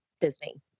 Disney